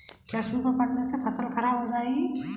क्या सूखा पड़ने से फसल खराब हो जाएगी?